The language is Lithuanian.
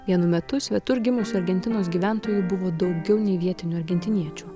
vienu metu svetur gimusių argentinos gyventojų buvo daugiau nei vietinių argentiniečių